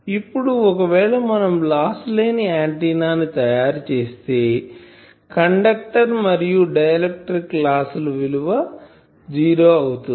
ఇప్పుడు ఒకవేళ మనం లాస్ లేని ఆంటిన్నా తయారు చేస్తే కండక్టర్ మరియు డై ఎలక్ట్రిక్ లాస్ ల విలువ జీరో అవుతుంది